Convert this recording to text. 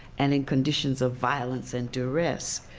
and in conditions of violence and duress.